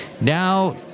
Now